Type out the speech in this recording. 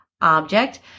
object